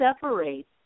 separates